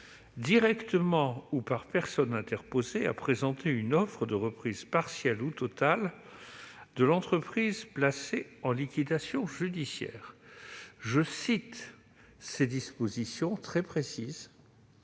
directement ou par personne interposée, à présenter une offre de reprise, partielle ou totale, de l'entreprise placée en liquidation judiciaire. Ça, c'était avant.